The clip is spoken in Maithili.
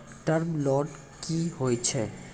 टर्म लोन कि होय छै?